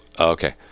Okay